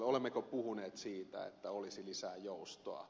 olemmeko puhuneet siitä että olisi lisää joustoa